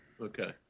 Okay